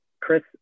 chris